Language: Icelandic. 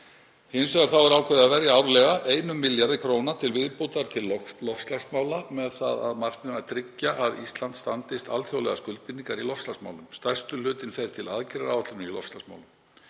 Hins vegar er ákveðið að verja árlega 1 milljarði kr. til viðbótar til loftslagsmála með það að markmiði að tryggja að Ísland standist alþjóðlegar skuldbindingar í loftslagsmálum. Stærsti hlutinn fer til aðgerðaáætlunar í loftslagsmálum.